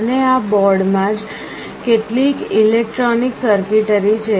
અને આ બોર્ડ માં જ કેટલીક ઇલેક્ટ્રોનિક સર્કિટરી છે